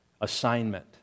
assignment